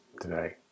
today